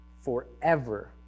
forever